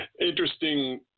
interesting